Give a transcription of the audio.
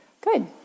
Good